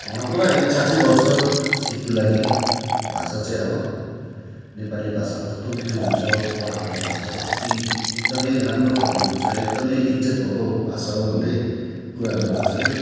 अँ पुरा इच्छा चाहिँ गर्छ सिक्नु लागि भाषा चाहिँ अब नेपाली भाषा कस्तो मिठो हुन्छ तपाईँहरूको भाषा कति एकदमै राम्रो खालको हुन्छ एकदमै इज्जत भएको भाषा हो भन्दै कुराहरू गर्छ क्याउ